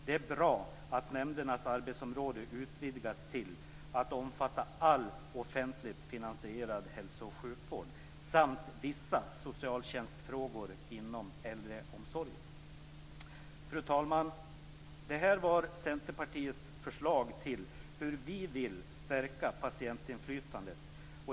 Det är bra att nämndernas arbetsområde utvidgas till att omfatta all offentligt finansierad hälso och sjukvård samt vissa socialtjänstfrågor inom äldreomsorgen. Fru talman! Detta var Centerpartiets förslag till hur man kan stärka patientinflytandet.